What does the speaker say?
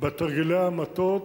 בתרגילי המטות,